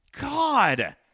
God